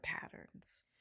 patterns